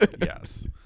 Yes